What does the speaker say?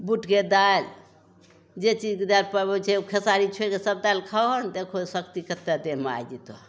बूटके दालि जे चीजके दालि पबय छै एगो खेसारी छोड़िके सब दालि खाहो ने देखहो शक्ति कते देहमे आइ जेतौ